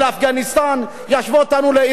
ישוו אותנו למדינות חשוכות,